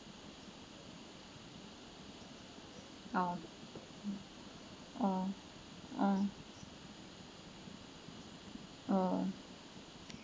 oh oh mm oh